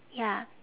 ya